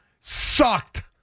sucked